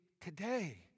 today